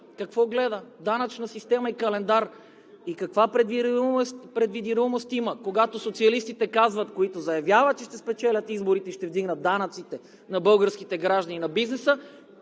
какво гледа – данъчна система и календар. И каква предвидимост има, когато социалистите казват, заявяват, че ще спечелят изборите и ще вдигнат данъците на българските граждани и на бизнеса?